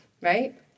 Right